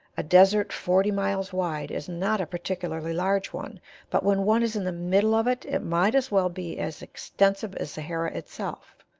a desert forty miles wide is not a particularly large one but when one is in the middle of it, it might as well be as extensive as sahara itself,